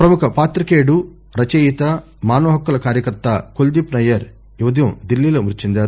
ప్రముఖ పాత్రికేయుడు రచయిత మానవ హక్కుల కార్యకర్త కుల్దీప్ నయ్ఫర్ ఈ ఉదయం ఢిల్లీలో మృతి చెందారు